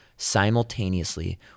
simultaneously